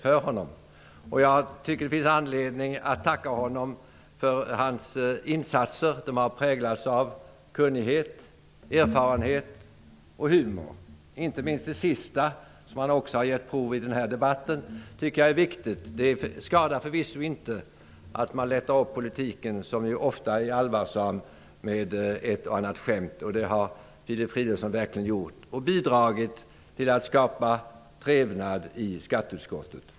Jag tycker att det finns anledning att tacka honom för hans insatser, som har präglats av kunnighet, erfarenhet och humor. Jag tycker att inte minst det sista, som han också har gett prov på i denna debatt, är viktigt. Det skadar förvisso inte att man lättar upp politiken, som ofta är allvarsam, med ett och annat skämt, och det har Filip Fridolfsson verkligen gjort och bidragit till att skapa trevnad i skatteutskottet.